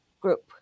Group